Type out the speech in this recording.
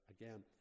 again